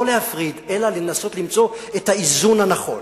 לא להפריד אלא לנסות למצוא את האיזון הנכון